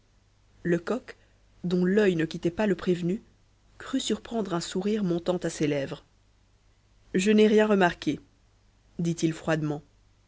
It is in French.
lecoq dont l'œil ne quittait pas le prévenu crut surprendre un sourire montant à ses lèvres je n'ai rien remarqué dit-il froidement